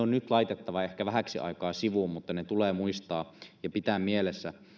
nyt laitettava ehkä vähäksi aikaa sivuun mutta ne tulee muistaa ja pitää mielessä